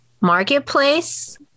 marketplace